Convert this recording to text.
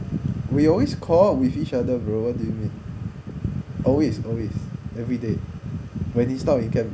we always co-op with each other bro always always every day when he stop you can